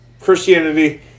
Christianity